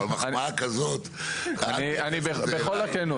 אבל, מחמאה כזו --- בכל הכנות.